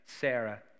Sarah